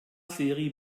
seri